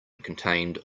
contained